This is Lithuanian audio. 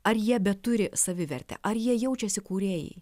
ar jie beturi savivertę ar jie jaučiasi kūrėjai